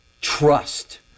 trust